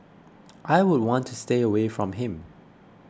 I would want to stay away from him